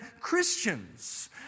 Christians